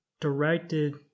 directed